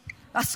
מבייש.